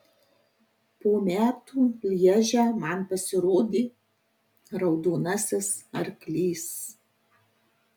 po metų lježe man pasirodė raudonasis arklys